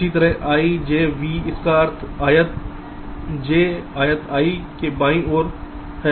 इसी तरह ijV इसका मतलब आयत j आयत i के बाईं ओर है